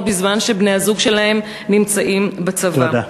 בזמן שבני-הזוג שלהן נמצאים בצבא.